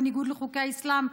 בניגוד לחוקי האסלאם,